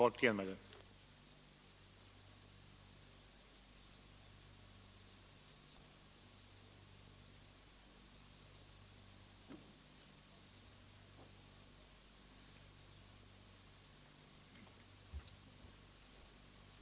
herr Burenstam Linder har inte kunnat motbevisa min slutsats att äktenskapet skulle innebära ekonomiska fördelar sett i stort.